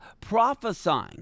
prophesying